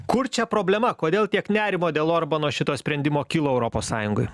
kur čia problema kodėl tiek nerimo dėl orbano šito sprendimo kilo europos sąjungai